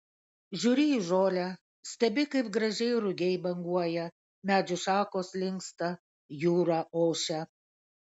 žiūri į žolę stebi kaip gražiai rugiai banguoja medžių šakos linksta jūra ošia